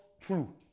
true